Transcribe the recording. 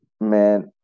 Man